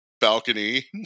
balcony